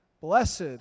Blessed